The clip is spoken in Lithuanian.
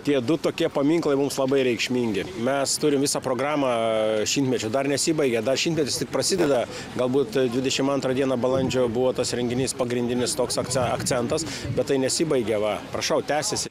tie du tokie paminklai mums labai reikšmingi mes turime vis programą šimtmečio dar nesibaigė dar šimtmetis tik prasideda galbūt dvidešimt antrą dieną balandžio buvo tas renginys pagrindinis toks akce akcentas bet tai nesibaigia va prašau tęsiasi